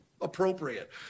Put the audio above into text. appropriate